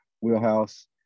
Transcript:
wheelhouse